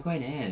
time kau N_S